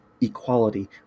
equality